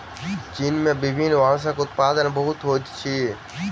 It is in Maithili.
चीन में विभिन्न बांसक उत्पादन बहुत होइत अछि